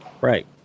Right